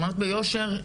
אמרת ביושר,